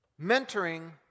Mentoring